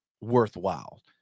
worthwhile